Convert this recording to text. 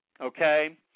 okay